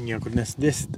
niekur nesidėsit